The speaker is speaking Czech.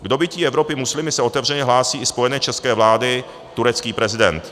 K dobytí Evropy muslimy se otevřeně hlásí i spojenec české vlády, turecký prezident.